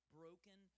broken